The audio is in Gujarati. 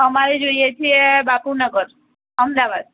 અમારે જોઈએ છે બાપુનગર અમદાવાદ